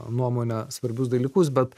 nuomone svarbius dalykus bet